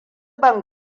ban